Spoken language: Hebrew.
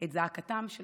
את זעקתן של